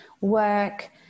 work